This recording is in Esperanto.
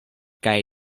kaj